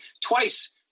twice